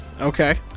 Okay